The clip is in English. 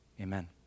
amen